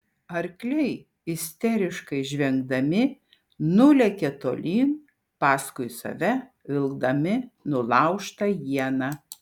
arkliai isteriškai žvengdami nulėkė tolyn paskui save vilkdami nulaužtą ieną